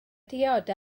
diod